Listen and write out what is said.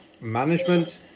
management